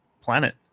planet